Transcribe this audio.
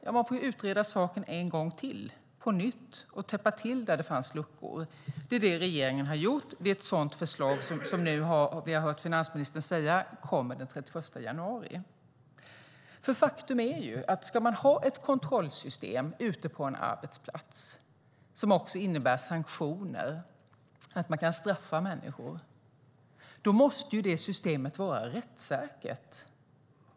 Jo, man får utreda saken på nytt och täppa till där det finns luckor. Det gjorde regeringen, och vi hörde finansministern säga att det kommer ett förslag den 31 januari. Ska vi på en arbetsplats ha ett kontrollsystem som också innebär sanktioner, att vi kan straffa människor, måste systemet vara rättssäkert.